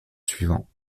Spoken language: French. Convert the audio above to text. suivant